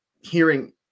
hearing